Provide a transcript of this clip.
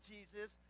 Jesus